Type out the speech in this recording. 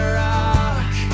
rock